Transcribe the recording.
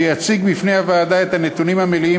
שיציג בפני הוועדה את הנתונים המלאים